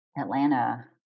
Atlanta